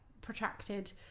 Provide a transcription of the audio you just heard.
protracted